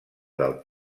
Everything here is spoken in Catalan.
del